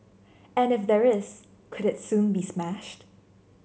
and if there is could it soon be smashed